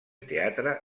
teatre